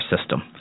system